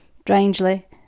Strangely